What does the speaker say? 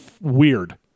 weird